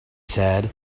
said